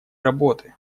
работы